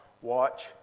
watch